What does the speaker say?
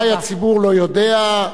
אולי הציבור לא יודע,